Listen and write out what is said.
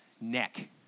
neck